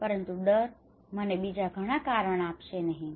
પરંતુ ડર મને બીજા ઘણા કારણ આપશે નહીં